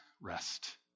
rest